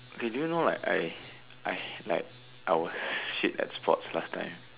okay do you know like I I like I was shit at sports last time